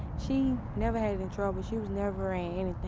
she never had any trouble. she was never in anything.